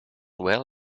well